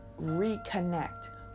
reconnect